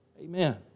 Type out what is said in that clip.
Amen